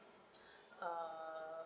err